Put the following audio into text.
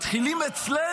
בואו נראה.